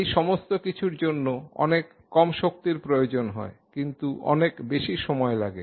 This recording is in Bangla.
এই সমস্ত কিছুর জন্য অনেক কম শক্তির প্রয়োজন হয় কিন্তু অনেক বেশি সময় লাগে